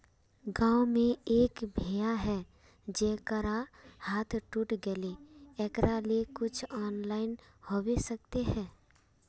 गाँव में एक भैया है जेकरा हाथ टूट गले एकरा ले कुछ ऑनलाइन होबे सकते है?